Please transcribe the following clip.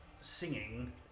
singing